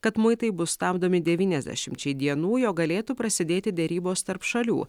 kad muitai bus stabdomi devyniasdešimčiai dienų jog galėtų prasidėti derybos tarp šalių